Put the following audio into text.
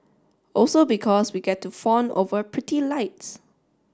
also because we get to fawn over pretty lights